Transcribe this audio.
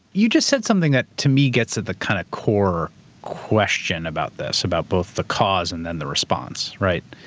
you just said something that to me gets at the kind of core question about this, about both the cause and then the response, right?